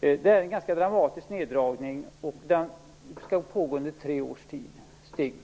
Det är en ganska dramatisk neddragning och den skall pågå stegvis under tre års tid.